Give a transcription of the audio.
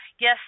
Yes